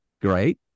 great